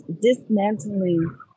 Dismantling